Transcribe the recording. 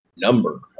number